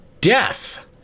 Death